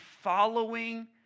following